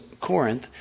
Corinth